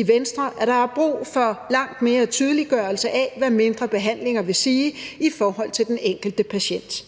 i Venstre, at der er brug for langt mere tydeliggørelse af, hvad mindre behandlinger vil sige i forhold til den enkelte patient.